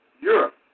Europe